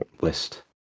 list